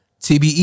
TBE